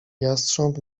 jastrząb